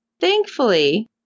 thankfully